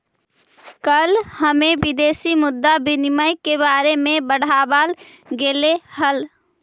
कल हमें विदेशी मुद्रा विनिमय के बारे में पढ़ावाल गेलई हल